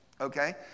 okay